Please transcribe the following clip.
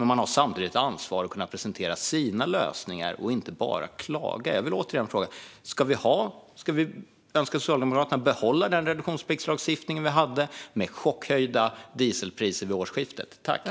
Men man har samtidigt ansvar för att presentera sina lösningar och inte bara klaga. Jag vill återigen fråga: Önskar Socialdemokraterna behålla den reduktionspliktslagstiftning som vi hade, med chockhöjda dieselpriser vid årsskiftet som följd?